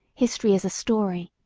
history is a story,